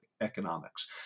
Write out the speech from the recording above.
economics